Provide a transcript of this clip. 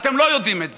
ואתם לא יודעים את זה.